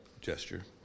gesture